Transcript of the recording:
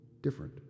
different